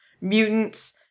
mutants